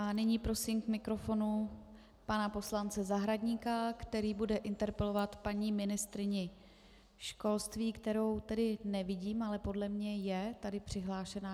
Nyní prosím k mikrofonu pana poslance Zahradníka, který bude interpelovat paní ministryni školství, kterou tady nevidím, ale podle mě je tady někde přihlášena.